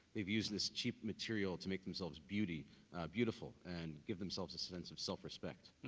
they've used this cheap material to make themselves beautiful beautiful and give themselves a sense of self-respect.